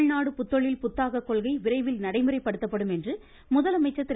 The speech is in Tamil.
தமிழ்நாடு புத்தொழில் புத்தாக்க கொள்கை விரைவில் நடைமுறைப்படுத்தப்படும் என்று முதலமைச்சர் திரு